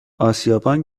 آسیابان